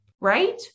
right